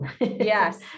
Yes